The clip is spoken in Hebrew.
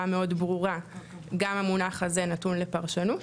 מאוד ברורה גם המונח הזה נתון לפרשנות.